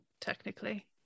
technically